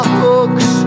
hooks